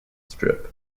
strip